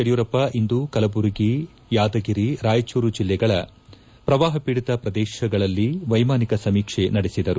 ಯದಿಯೂರಪ್ಸ ಇಂದು ಕಲಬುರಗಿ ಯಾದಗಿರಿ ರಾಯಚೂರು ಜಿಲ್ಲೆಗಳ ಪ್ರವಾಹ ಪೀದಿತ ಪ್ರದೇಶಗಳಲ್ಲಿ ವೈಮಾನಿಕ ಸಮೀಕ್ಷೆ ಕೈಗೊಂಡರು